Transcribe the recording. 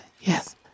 Yes